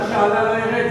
מכיוון שעלה לא ירד,